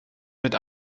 mit